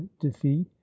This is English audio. defeat